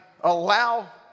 allow